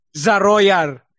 Zaroyar